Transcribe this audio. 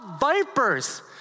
vipers